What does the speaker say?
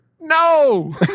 No